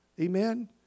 Amen